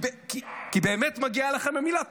כי באמת מגיעה לכם המילה תודה,